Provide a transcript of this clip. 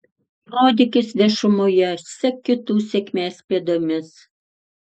rodykis viešumoje sek kitų sėkmės pėdomis